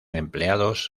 empleados